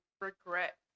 regret